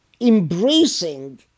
embracing